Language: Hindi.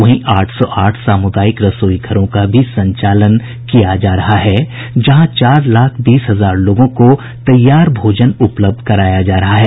वहीं आठ सौ आठ सामुदायिक रसोई घरों का भी संचालन किया जा रहा है जहां चार लाख बीस हजार लोगों को तैयार भोजन उपलब्ध कराया जा रहा है